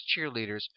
cheerleaders